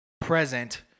present